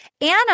Anna